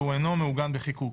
והוא אינו מעוגן בחיקוק.